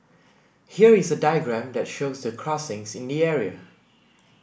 here is a diagram that shows the crossings in the area